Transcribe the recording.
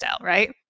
right